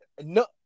no